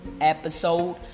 episode